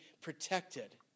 protected